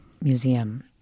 museum